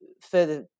further